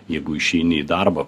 jeigu išeini į darbą